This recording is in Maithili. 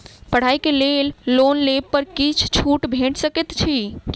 पढ़ाई केँ लेल लोन लेबऽ पर किछ छुट भैट सकैत अछि की?